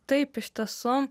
taip iš tiesų